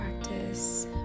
practice